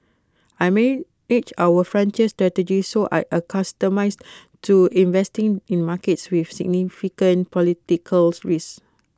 I manage our frontier strategy so I accustomed to investing in markets with significant political risk